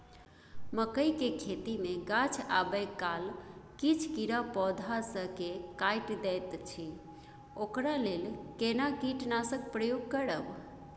मकई के खेती मे गाछ आबै काल किछ कीरा पौधा स के काइट दैत अछि ओकरा लेल केना कीटनासक प्रयोग करब?